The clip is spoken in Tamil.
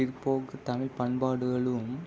பிற்போக்கு தமிழ் பண்பாடுகளும்